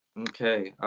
okay,